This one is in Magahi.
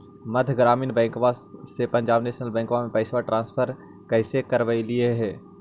मध्य ग्रामीण बैंकवा से पंजाब नेशनल बैंकवा मे पैसवा ट्रांसफर कैसे करवैलीऐ हे?